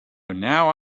now